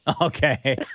Okay